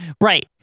Right